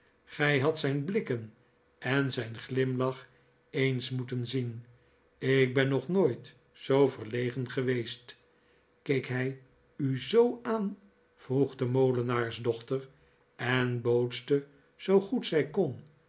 gij hadt zijn blikken en zijn glimlach eens moeten zien ik ben nog nooit zoo verlegen geweest keek hij u zoo aan vroeg de molenaarsdochter en bootste zoo goed zij kon